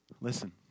Listen